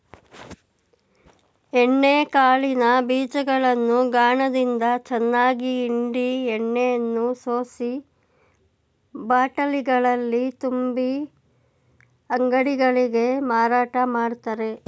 ಎಣ್ಣೆ ಕಾಳಿನ ಬೀಜಗಳನ್ನು ಗಾಣದಿಂದ ಚೆನ್ನಾಗಿ ಹಿಂಡಿ ಎಣ್ಣೆಯನ್ನು ಸೋಸಿ ಬಾಟಲಿಗಳಲ್ಲಿ ತುಂಬಿ ಅಂಗಡಿಗಳಿಗೆ ಮಾರಾಟ ಮಾಡ್ತರೆ